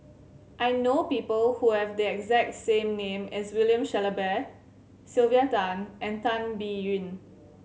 I know people who have the exact same name as William Shellabear Sylvia Tan and Tan Biyun